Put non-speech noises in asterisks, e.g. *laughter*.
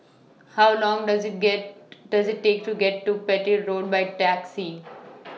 How Long Does IT get Does IT Take to get to Petir Road By Taxi *noise*